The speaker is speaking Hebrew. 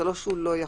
זה לא שהוא לא יכול.